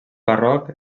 barroc